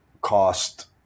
cost